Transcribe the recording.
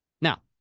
now